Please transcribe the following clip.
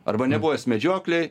arba nebuvęs medžioklėj